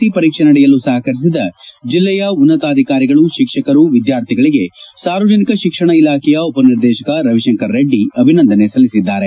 C ಪರೀಕ್ಷೆ ನಡೆಯಲು ಸಹಕರಿಸಿದ ಜಿಲ್ಲೆಯ ಉನ್ನತಾಧಿಕಾರಿಗಳು ತಿಕ್ಸಕರು ವಿದ್ಯಾರ್ಥಿಗಳಿಗೆ ಸಾರ್ವಜನಿಕ ಶಿಕ್ಷಣ ಇಲಾಖೆಯ ಉಪ ನಿರ್ದೇಶಕ ರವಿಶಂಕರ್ ರೆಡ್ಡಿ ಅಭಿನಂದನೆ ಸಲ್ಲಿಸಿದ್ದಾರೆ